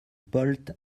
polt